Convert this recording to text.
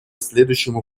следующему